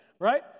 right